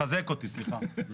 מחזק אותי, סליחה.